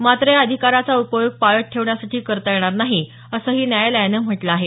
मात्र या अधिकाराचा उपयोग पाळत ठेवण्यासाठी करता येणार नाही असंही न्यायालयानं म्हटलं आहे